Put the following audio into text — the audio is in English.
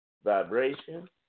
vibration